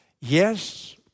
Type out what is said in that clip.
yes